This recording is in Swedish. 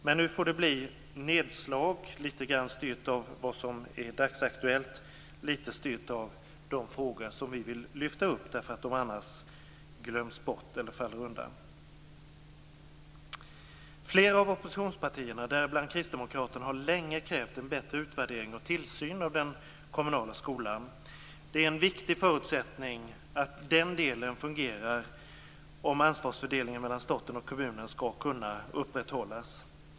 Men nu får det bli nedslag, litet grand styrt av vad som är dagsaktuellt och litet styrt av de frågor som vi vill lyfta upp eftersom de annars glöms bort eller faller undan. Flera av oppositionspartierna, däribland Kristdemokraterna, har länge krävt en bättre utvärdering och tillsyn av den kommunala skolan. Det är en viktig förutsättning att den delen fungerar om ansvarsfördelningen mellan staten och kommunen skall kunna upprätthållas.